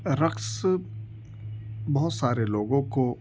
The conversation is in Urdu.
رقص بہت سارے لوگوں کو